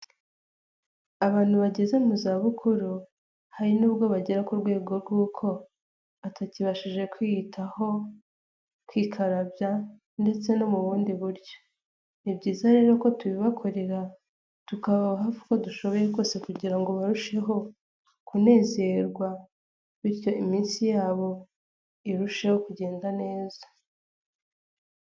Abantu bageze mu za bukuru hari n'ubwo bagera ku rwego rw'uko batakibashije kwiyitaho kwikarabya ndetse no mu bundi buryo, ni byiza rero ko tubibakorera tukababa hafi uko dushoboye kose kugira ngo barusheho kunezerwa bityo iminsi yabo irusheho kugenda neza.